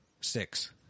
Six